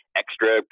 extra